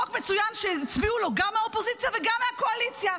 חוק מצוין שהצביעו לו גם מהאופוזיציה וגם מהקואליציה.